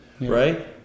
right